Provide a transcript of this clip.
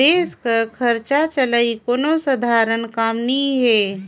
देस कर खरचा चलई कोनो सधारन काम नी हे